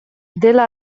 dela